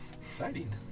exciting